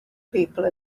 people